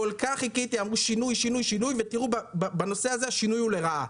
דברו על שינוי ובנושא הזה השינוי הוא לרעה.